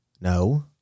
No